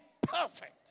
perfect